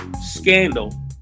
scandal